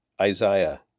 Isaiah